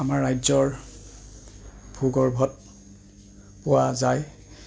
আমাৰ ৰাজ্যৰ ভূগৰ্ভত পোৱা যায়